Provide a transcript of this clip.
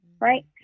Right